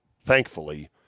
thankfully